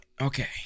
Okay